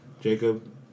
Jacob